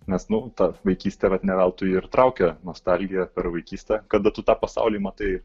nes nu ta vaikystė vat ne veltui ir traukia nostalgija per vaikystę kada tu tą pasaulį matai